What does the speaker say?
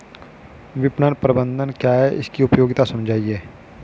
विपणन प्रबंधन क्या है इसकी उपयोगिता समझाइए?